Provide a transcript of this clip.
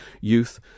youth